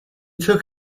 took